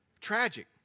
Tragic